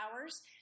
hours